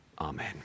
Amen